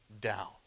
down